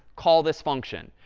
call this function.